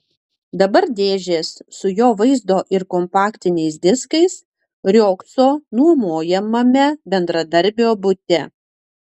dabar dėžės su jo vaizdo ir kompaktiniais diskais riogso nuomojamame bendradarbio bute